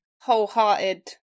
wholehearted